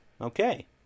Okay